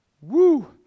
Woo